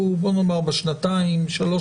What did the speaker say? שלום,